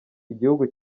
igihugu